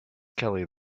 kelly